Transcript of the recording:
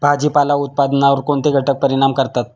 भाजीपाला उत्पादनावर कोणते घटक परिणाम करतात?